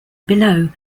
below